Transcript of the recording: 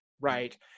Right